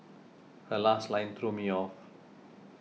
her last line threw me off